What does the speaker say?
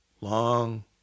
Long